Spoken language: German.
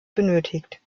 benötigt